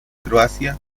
croacia